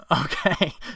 okay